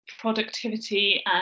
productivity